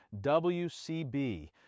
WCB